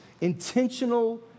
intentional